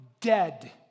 dead